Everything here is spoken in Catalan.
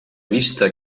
vista